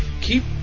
keep